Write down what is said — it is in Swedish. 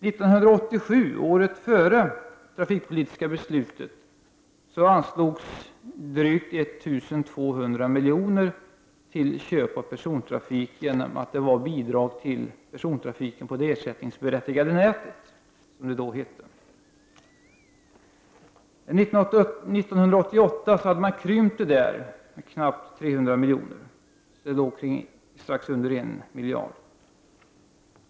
1987, året innan det trafikpolitiska beslutet fattades, anslogs drygt 1 200 milj.kr. till köp av persontrafik i form av bidrag till persontrafik på det ersättningsberättigade nätet som det då hette. 1988 hade man krympt bidraget med knappt 300 miljoner. Det låg då strax under 1 miljard.